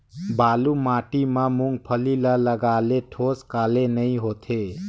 बालू माटी मा मुंगफली ला लगाले ठोस काले नइ होथे?